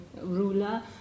ruler